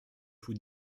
vous